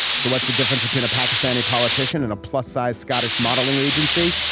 so what's the difference between a pakistani politician and a plus sized scottish modeling agency?